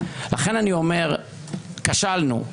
לכן אני אומר: כשלנו.